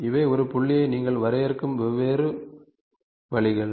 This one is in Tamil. இவை ஒரு புள்ளியை நீங்கள் வரையறுக்கும் வெவ்வேறு வழிகள்